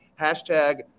Hashtag